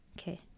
Okay